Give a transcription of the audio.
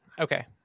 Okay